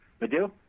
Madhu